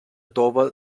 tova